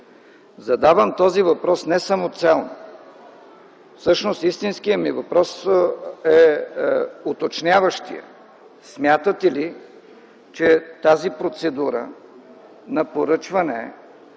Задавам този въпрос не самоцелно. Всъщност истинският ми въпрос е уточняващият. Смятате ли, че тази процедура на поръчване